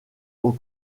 aux